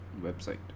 website